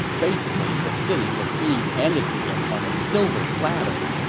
basically, the city was being handed to him on a silver platter,